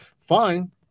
fine